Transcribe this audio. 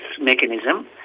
mechanism